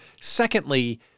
Secondly